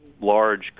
large